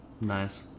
Nice